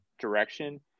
direction